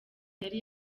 yari